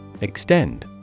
Extend